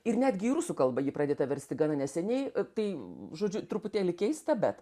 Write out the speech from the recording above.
ir netgi į rusų kalbą ji pradėta versti gana neseniai tai žodžiu truputėlį keista bet